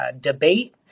debate